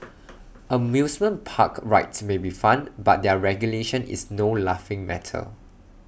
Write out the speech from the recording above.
amusement park rides may be fun but their regulation is no laughing matter